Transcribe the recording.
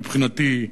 מבחינתי,